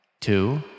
Two